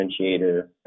differentiator